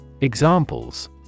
Examples